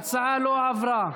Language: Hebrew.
ההצעה לא עברה.